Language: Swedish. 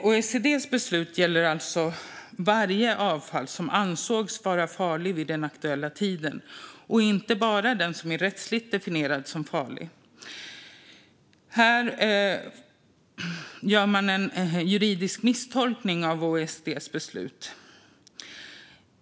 OECD:s beslut gäller alltså varje avfall som ansågs vara farligt vid den aktuella tiden, inte bara det som är rättsligt definierat som farligt. Här gör man en juridisk misstolkning av OECD:s beslut.